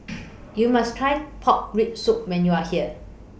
YOU must Try Pork Rib Soup when YOU Are here